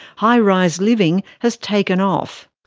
high-rise living has taken off.